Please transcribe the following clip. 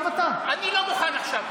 אני לא מוכן עכשיו.